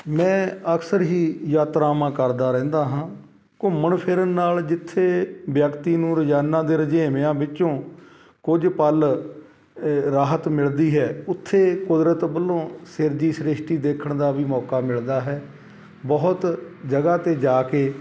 ਮੈਂ ਅਕਸਰ ਹੀ ਯਾਤਰਾਵਾਂ ਕਰਦਾ ਰਹਿੰਦਾ ਹਾਂ ਘੁੰਮਣ ਫਿਰਨ ਨਾਲ ਜਿੱਥੇ ਵਿਅਕਤੀ ਨੂੰ ਰੋਜ਼ਾਨਾ ਦੇ ਰੁਝੇਵਿਆਂ ਵਿੱਚੋਂ ਕੁਝ ਪਲ ਰਾਹਤ ਮਿਲਦੀ ਹੈ ਉੱਥੇ ਕੁਦਰਤ ਵੱਲੋਂ ਸਿਰਜੀ ਸ੍ਰਿਸ਼ਟੀ ਦੇਖਣ ਦਾ ਵੀ ਮੌਕਾ ਮਿਲਦਾ ਹੈ ਬਹੁਤ ਜਗ੍ਹਾ 'ਤੇ ਜਾ ਕੇ